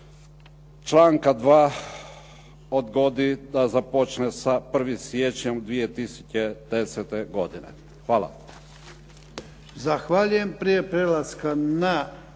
članka 2. odgodi da započne sa 1. siječnjem 2010. godine. Hvala.